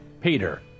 Peter